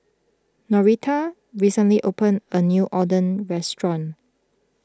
Norita recently opened a new Oden restaurant